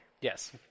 Yes